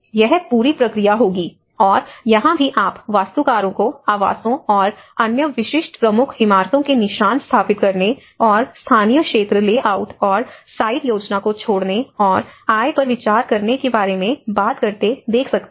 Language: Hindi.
यह पूरी प्रक्रिया होगी और यहां भी आप वास्तुकारों को आवासों और अन्य विशिष्ट प्रमुख इमारतों के निशान स्थापित करने और स्थानीय क्षेत्र लेआउट और साइट योजना को छोड़ने और आय पर विचार करने के बारे में बात करते देख सकते हैं